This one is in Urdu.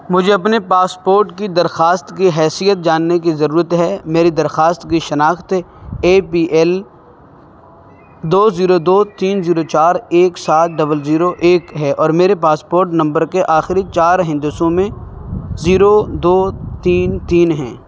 مجھے اپنے پاسپورٹ کی درخواست کی حیثیت جاننے کی ضرورت ہے میری درخواست کی شناخت اے پی ایل دو زیرو دو تین زیرو چار ایک سات ڈبل زیرو ایک ہے اور میرے پاسپورٹ نمبر کے آخری چار ہندسوں میں زیرو دو تین تین ہیں